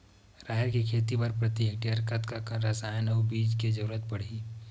राहेर के खेती बर प्रति हेक्टेयर कतका कन रसायन अउ बीज के जरूरत पड़ही?